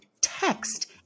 Text